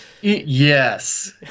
Yes